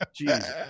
Jesus